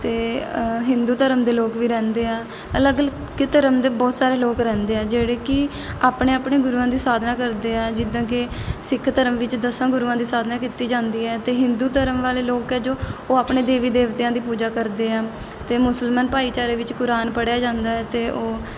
ਅਤੇ ਹਿੰਦੂ ਧਰਮ ਦੇ ਲੋਕ ਵੀ ਰਹਿੰਦੇ ਹੈ ਅਲੱਗ ਧਰਮ ਦੇ ਬਹੁਤ ਸਾਰੇ ਲੋਕ ਰਹਿੰਦੇ ਹੈ ਜਿਹੜੇ ਕਿ ਆਪਣੇ ਆਪਣੇ ਗੁਰੂਆਂ ਦੀ ਸਾਧਨਾ ਕਰਦੇ ਹੈ ਜਿੱਦਾਂ ਕਿ ਸਿੱਖ ਧਰਮ ਵਿੱਚ ਦਸਾਂ ਗੁਰੂਆਂ ਦੀ ਸਾਧਨਾ ਕੀਤੀ ਜਾਂਦੀ ਹੈ ਅਤੇ ਹਿੰਦੂ ਧਰਮ ਵਾਲੇ ਲੋਕ ਹੈ ਜੋ ਉਹ ਆਪਣੇ ਦੇਵੀ ਦੇਵਤਿਆਂ ਦੀ ਪੂਜਾ ਕਰਦੇ ਹੈ ਅਤੇ ਮੁਸਲਮਾਨ ਭਾਈਚਾਰੇ ਵਿੱਚ ਕੁਰਾਨ ਪੜ੍ਹਿਆ ਜਾਂਦਾ ਹੈ ਅਤੇ ਉਹ